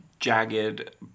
jagged